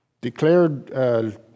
declared